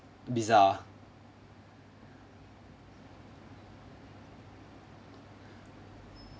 bizarre